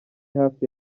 hafi